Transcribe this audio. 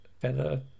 feather